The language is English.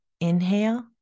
Inhale